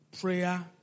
Prayer